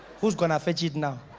whose going to fetch it now?